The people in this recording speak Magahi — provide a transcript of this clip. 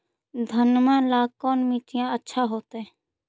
घनमा ला कौन मिट्टियां अच्छा होतई?